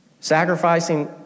sacrificing